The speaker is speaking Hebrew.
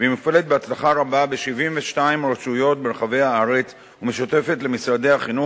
והיא מופעלת בהצלחה רבה ב-72 רשויות ברחבי הארץ ומשותפת למשרדי החינוך,